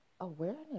awareness